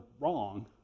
wrong